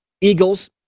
Eagles